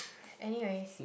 anyways